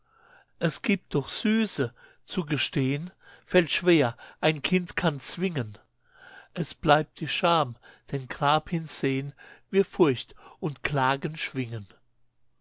es gibt doch süße zu gestehn fällt schwer ein kind kann zwingen es bleibt die scham denn grabhin sehn wir furcht und klagen schwingen